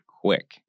quick